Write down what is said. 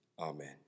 Amen